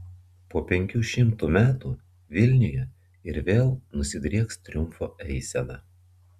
po penkių šimtų metų vilniuje ir vėl nusidrieks triumfo eisena